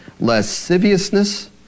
lasciviousness